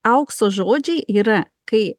aukso žodžiai yra kai